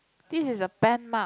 this is a pen mark